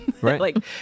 right